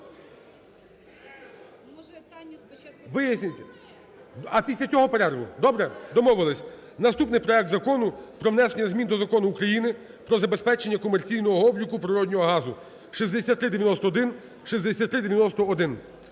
Виясніть, а після цього перерву. Добре? Домовились. Наступний проект Закону про внесення змін до Закону України "Про забезпечення комерційного обліку природного газу" (6391, 6391-1).